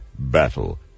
battle